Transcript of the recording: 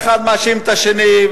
אחד מאשים את השני,